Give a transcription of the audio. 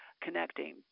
connecting